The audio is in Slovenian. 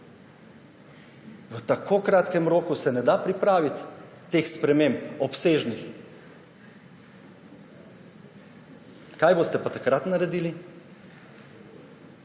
V tako kratkem roku se ne da pripraviti teh obsežnih sprememb.« Kaj boste pa takrat naredili?